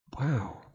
Wow